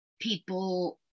people